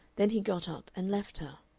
then he got up and left her.